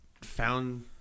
found